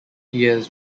years